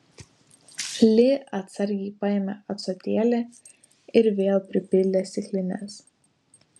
li atsargiai paėmė ąsotėlį ir vėl pripildė stiklines